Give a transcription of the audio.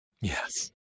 Yes